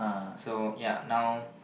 so ya now